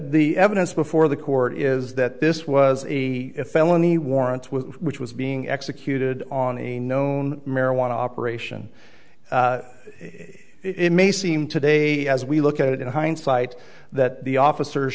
evidence before the court is that this was a felony warrants which was being executed on a known marijuana operation it may seem today as we look at it in hindsight that the officers